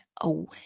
away